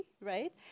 right